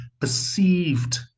perceived